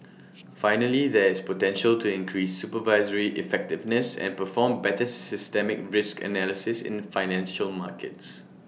finally there is potential to increase supervisory effectiveness and perform better systemic risk analysis in financial markets